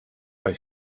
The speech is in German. bei